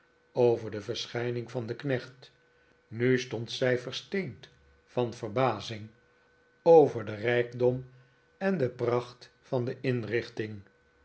over de verschijning van den knecht nu stond zij versteend van verbazing over den rijkdom kaatje in voornaam gezelschap en de pracht van de inrichting